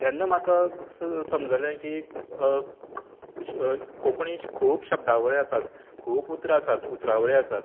तेन्ना म्हाका समजलें की कोंकणीक खूब शब्दावळी आसात खूब उतरां आसात उतरावळी आसात